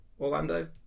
Orlando